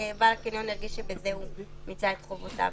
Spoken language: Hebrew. שבעל הקניון ירגיש שבזה הוא מיצה את חובותיו.